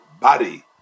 body